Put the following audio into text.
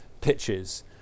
pitches